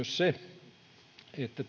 se että